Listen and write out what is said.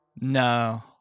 No